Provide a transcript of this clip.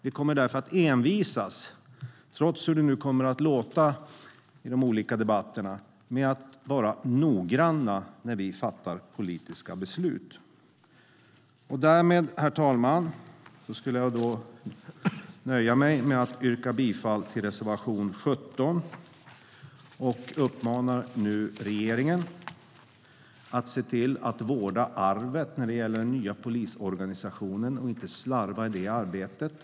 Vi kommer därför att envisas, hur det än kommer att låta i de olika debatterna, med att vara noggranna när vi fattar politiska beslut. Jag vill nöja mig med att yrka bifall till reservation 17 och uppmanar nu regeringen att se till att vårda arvet när det gäller den nya polisorganisationen och inte slarva i det arbetet.